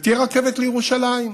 ותהיה רכבת לירושלים,